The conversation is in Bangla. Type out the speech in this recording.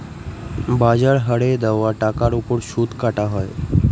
বাজার হারে দেওয়া টাকার ওপর সুদ কাটা হয়